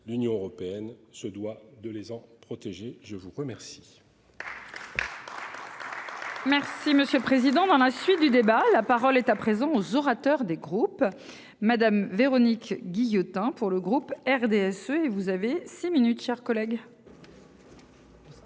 L'Union européenne se doit de les en protéger. Je vous remercie.